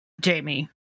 Jamie